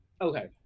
Okay